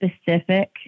specific